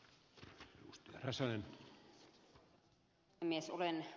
olen ed